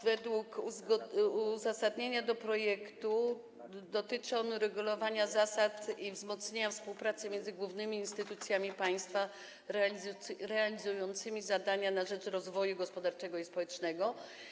Według uzasadnienia projektu dotyczy on uregulowania zasad i wzmocnienia współpracy między głównymi instytucjami państwa realizującymi zadania na rzecz rozwoju gospodarczego i społecznego.